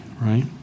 right